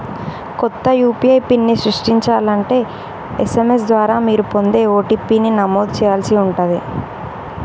కొత్త యూ.పీ.ఐ పిన్ని సృష్టించాలంటే ఎస్.ఎం.ఎస్ ద్వారా మీరు పొందే ఓ.టీ.పీ ని నమోదు చేయాల్సి ఉంటాది